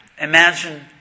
imagine